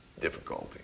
difficulty